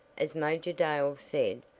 as major dale said,